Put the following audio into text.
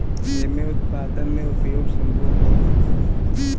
एमे उत्पादन में उपयोग संभव होत हअ